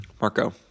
marco